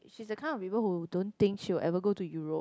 she's the kind of people who don't think she will ever go to Europe